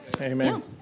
Amen